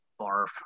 Barf